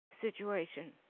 situation